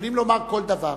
יכולים לומר כל דבר.